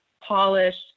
polished